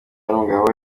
n’umugabo